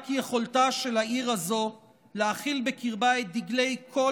רק יכולתה של העיר הזאת להכיל בקרבה את דגלי כל